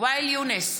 ואאל יונס,